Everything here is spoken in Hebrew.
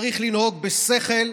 צריך לנהוג בשכל.